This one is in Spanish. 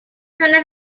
zonas